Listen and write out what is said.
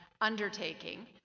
undertaking